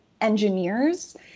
engineers